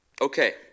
Okay